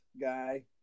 guy